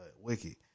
Wiki